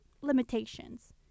limitations